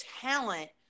talent